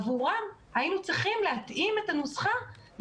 עבורם היינו צריכים להתאים את הנוסחה אבל